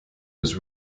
was